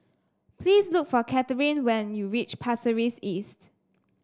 please look for Kathryne when you reach Pasir Ris East